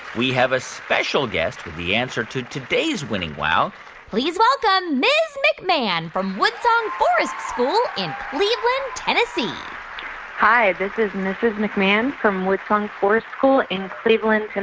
we have a special guest with the answer to today's winning wow please welcome ms. mcmahon from woodsong forest school in cleveland, tenn hi. this is mrs. mcmahon from woodsong forest school in cleveland, and